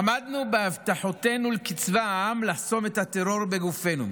עמדנו בהבטחותינו כצבא העם לחסום את הטרור בגופנו.